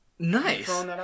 Nice